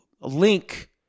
link